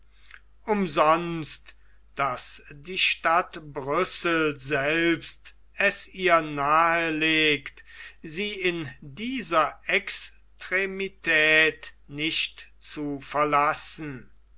umsonst daß die stadt brüssel selbst es ihr nahe legt sie in dieser extremität nicht zu verlassen